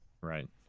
right